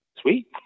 Sweet